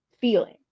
feeling